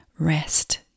Rest